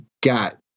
got